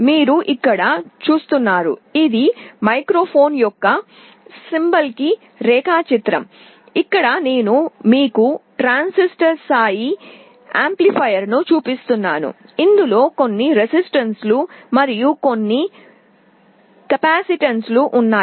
మీరు ఇక్కడ చూస్తున్నారు ఇది మైక్రోఫోన్ యొక్క సింబాలిక్ రేఖాచిత్రం ఇక్కడ నేను మీకు ట్రాన్సిస్టర్ స్థాయి యాంప్లిఫైయర్ను చూపిస్తున్నాను ఇందులో కొన్ని ప్రతిఘటనలు మరియు కొన్ని కెపాసిటెన్స్లు ఉంటాయి